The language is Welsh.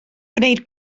gwneud